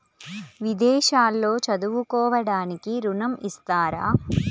విదేశాల్లో చదువుకోవడానికి ఋణం ఇస్తారా?